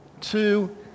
two